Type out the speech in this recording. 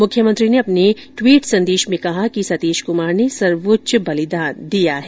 मुख्यमंत्री ने अपने संदेश में कहा कि सतीश कुमार ने सर्वोच्च बलिदान दिया है